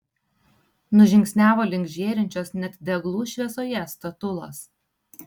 nužingsniavo link žėrinčios net deglų šviesoje statulos